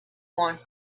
one